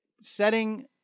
setting